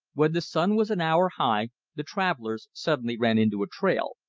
when the sun was an hour high the travellers suddenly ran into a trail,